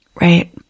Right